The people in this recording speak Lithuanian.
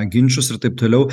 ginčus ir taip toliau